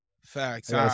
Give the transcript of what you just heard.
Facts